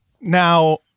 Now